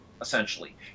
essentially